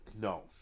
No